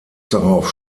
darauf